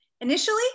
initially